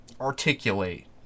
articulate